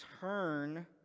turn